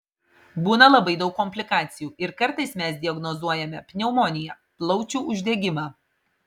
būna labai daug komplikacijų ir kartais mes diagnozuojame pneumoniją plaučių uždegimą